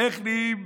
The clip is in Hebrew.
איך נהיים